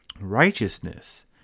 righteousness